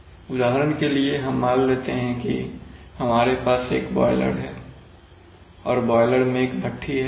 उदाहरण के लिए हम मान लेते हैं कि आपके पास एक बॉयलर है और बॉयलर में एक भट्ठी है